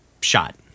shot